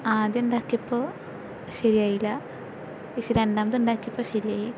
ആദ്യം ഉണ്ടാക്കിയപ്പോൾ ശരിയായില്ല പക്ഷേ രണ്ടാമതുണ്ടാക്കിയപ്പോൾ ശരിയായി